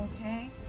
Okay